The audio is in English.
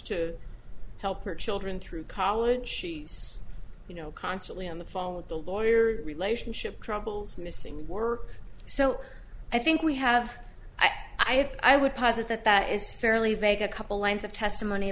to help her children through college she's you know constantly on the phone with the lawyer relationship troubles missing work so i think we have i have i would posit that that is fairly vague a couple lines of testimony